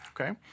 Okay